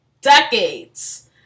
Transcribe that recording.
decades